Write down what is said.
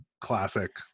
classic